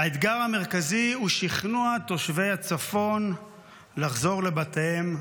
האתגר המרכזי הוא שכנוע תושבי הצפון לחזור לבתיהם,